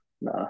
Nah